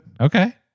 Okay